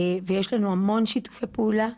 ויש לנו המון שיתופי פעולה,